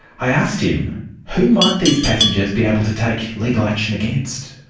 i asked him who might these passengers be able to take legal action against?